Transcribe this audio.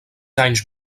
anys